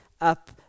up